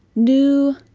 new